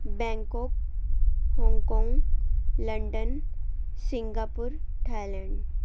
Bangkok Hong Kong London Singapore Thailand